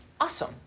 Awesome